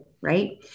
right